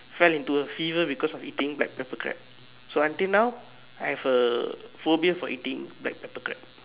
fell into a fever because of eating black pepper crab so until now I have a phobia for eating black pepper crab